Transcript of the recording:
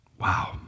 Wow